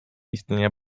istnienia